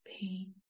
pain